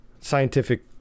scientific